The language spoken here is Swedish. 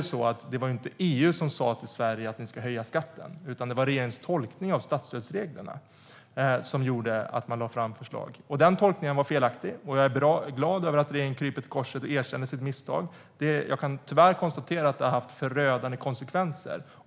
skatten var det inte EU som sa till Sverige att höja skatten. Det var regeringens tolkning av statstödsreglerna som gjorde att man lade fram förslag. Den tolkningen var felaktig. Jag är glad över att regeringen kryper till korset och erkänner sitt misstag. Jag kan tyvärr konstatera att det har fått förödande konsekvenser.